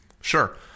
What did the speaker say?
Sure